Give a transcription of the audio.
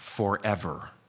forever